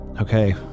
Okay